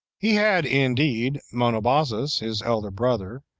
he had indeed monobazus, his elder brother,